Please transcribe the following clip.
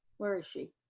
where is she?